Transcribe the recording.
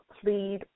plead